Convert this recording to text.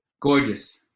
Gorgeous